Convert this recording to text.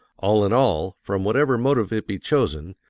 all in all, from whatever motive it be chosen,